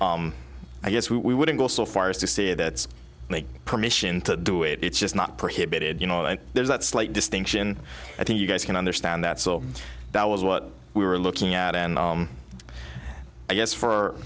but i guess we wouldn't go so far as to say that make permission to do it it's just not prohibited you know and there's that slight distinction i think you guys can understand that so that was what we were looking at and i guess for